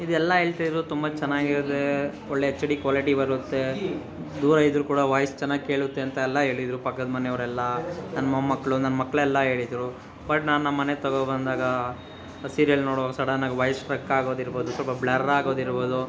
ಇದು ಎಲ್ಲಾ ಹೇಳ್ತಿದ್ದರು ತುಂಬ ಚೆನ್ನಾಗಿದೆ ಒಳ್ಳೆ ಎಚ್ ಡಿ ಕ್ವಾಲಿಟಿ ಬರುತ್ತೆ ದೂರ ಇದ್ದರು ಕೂಡ ವಾಯ್ಸ್ ಚೆನ್ನಾಗಿ ಕೇಳುತ್ತೆ ಅಂತೆಲ್ಲ ಹೇಳಿದ್ದರು ಪಕ್ಕದ ಮನೆಯವರೆಲ್ಲ ನನ್ನ ಮೊಮ್ಮಕ್ಕಳು ನನ್ನ ಮಕ್ಕಳೆಲ್ಲ ಹೇಳಿದರು ಬಟ್ ನಾ ನಮ್ಮ ಮನೆಗ್ ತಗೋ ಬಂದಾಗ ಸೀರಿಯಲ್ ನೋಡುವಾಗ ಸಡೆನ್ನಾಗಿ ವಾಯ್ಸ್ ಸ್ಟ್ರಕ್ ಆಗೋದಿರ್ಬೋದು ಸ್ವಲ್ಪ ಬ್ಲರ್ ಆಗೋದಿರ್ಬೋದು